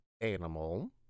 animal